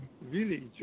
village